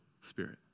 spirit